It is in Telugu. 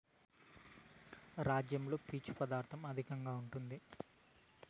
రాజ్మాలో పీచు పదార్ధం అధికంగా ఉంటాది